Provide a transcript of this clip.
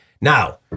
Now